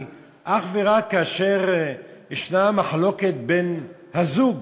אך ורק כאשר ישנה מחלוקת בין הזוג